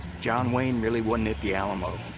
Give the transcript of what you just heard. john wayne really wasn't at the alamo.